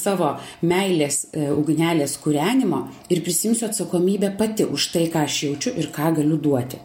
savo meilės ugnelės kūrenimo ir prisiimsiu atsakomybę pati už tai ką aš jaučiu ir ką galiu duoti